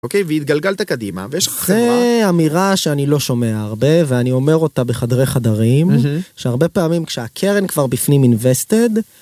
אוקיי והתגלגלת קדימה ויש לך אמירה שאני לא שומע הרבה ואני אומר אותה בחדרי חדרים שהרבה פעמים כשהקרן כבר בפנים invested.